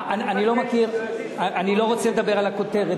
אני לא רוצה לדבר על הכותרת,